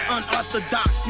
Unorthodox